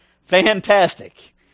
fantastic